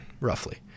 roughly